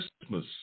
Christmas